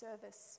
service